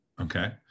Okay